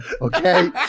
okay